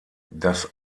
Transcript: das